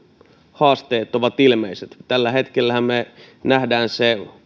haasteet ovat ilmeiset tällä hetkellähän me näemme